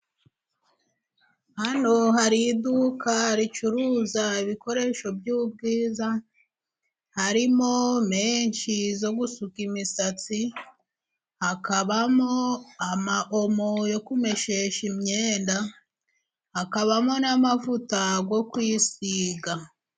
Hano hari iduka ricuruza ibikoresho by'ubwiza, harimo menshi zo gusuka imisatsi, hakabamo amawomo yo kumeshesha imyenda, hakabamo n'amavuta yo kwisiga.